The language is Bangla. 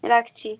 রাখছি